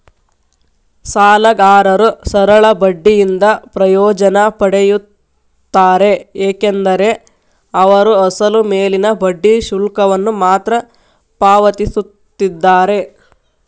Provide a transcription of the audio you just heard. ಸಾಲಗಾರರು ಸರಳ ಬಡ್ಡಿಯಿಂದ ಪ್ರಯೋಜನ ಪಡೆಯುತ್ತಾರೆ ಏಕೆಂದರೆ ಅವರು ಅಸಲು ಮೇಲಿನ ಬಡ್ಡಿ ಶುಲ್ಕವನ್ನು ಮಾತ್ರ ಪಾವತಿಸುತ್ತಿದ್ದಾರೆ